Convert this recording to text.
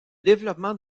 développement